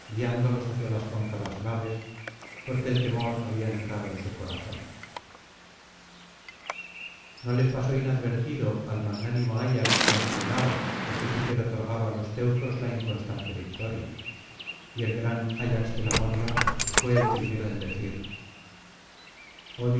guiándolos hacia las cóncavas naves porque el temor había entrado en su corazón no les pasó inadvertido al magnánimo ayax y á menelao que júpiter otorgaba á los teucros la inconstante victoria y el gpran ayax telamonio fué el primero en decir